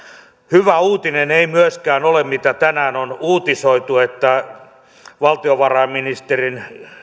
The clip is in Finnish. hyvä uutinen ei myöskään ole mitä tänään on uutisoitu että valtiovarainministerin